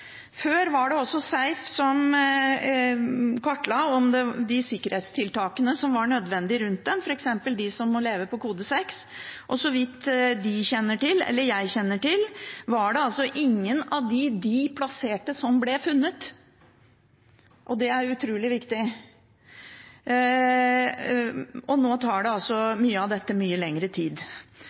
Før var det SEIF som også kartla de sikkerhetstiltakene som var nødvendige rundt dem, f.eks. de som må leve på kode 6, og så vidt de kjenner til, eller jeg kjenner til, var det ingen av dem som de plasserte, som ble funnet. Og det er utrolig viktig. Nå tar altså mye av dette mye lengre tid.